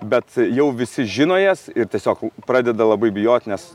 bet jau visi žino jas ir tiesiog pradeda labai bijoti nes